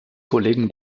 kollegen